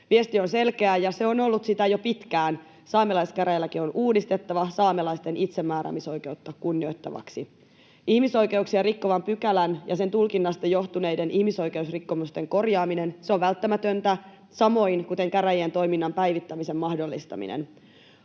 Viesti on selkeä, ja se on ollut sitä jo pitkään: saamelaiskäräjälaki on uudistettava saamelaisten itsemääräämisoikeutta kunnioittavaksi. Ihmisoikeuksia rikkovan pykälän ja sen tulkinnasta johtuneiden ihmisoikeusrikkomusten korjaaminen on välttämätöntä, samoin kuin käräjien toiminnan päivittämisen mahdollistaminen.